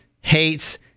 hates